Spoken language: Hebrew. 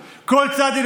רב המאחד על המפריד.